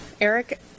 Eric